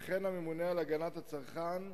וכן הממונה על הגנת הצרכן,